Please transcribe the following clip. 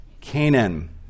Canaan